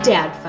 Dad